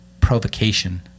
provocation